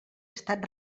estat